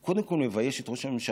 היא קודם כול מביישת את ראש הממשלה,